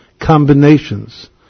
combinations